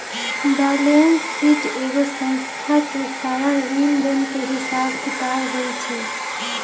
balance sheet एगो संस्था के सारा लेन देन के हिसाब किताब होई छई